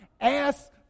ask